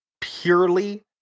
purely